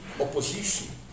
opposition